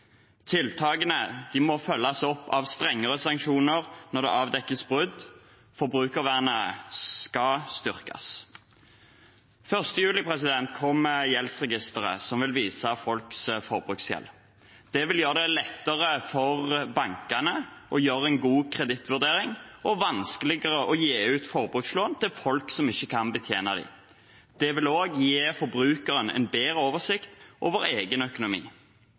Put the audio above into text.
må følges opp med strengere sanksjoner når det avdekkes brudd. Forbrukervernet skal styrkes. 1. juli kommer Gjeldsregisteret, som vil vise folks forbruksgjeld. Det vil gjøre det lettere for bankene å gjøre en god kredittvurdering og vanskeligere å gi ut forbrukslån til folk som ikke kan betjene dem. Det vil også gi forbrukeren bedre oversikt over egen økonomi.